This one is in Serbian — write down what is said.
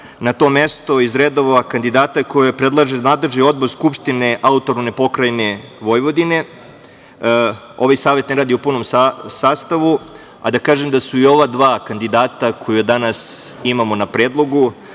na to mesto iz redova kandidata koje predlaže nadležni odbor Skupštine AP Vojvodine. Ovaj Savet ne radi u punom sastavu, a da kažem da su i ova dva kandidata koje danas imamo na predlogu